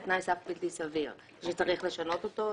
הוא תנאי סף בלתי סביר וצריך לשנות אותו.